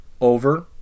Over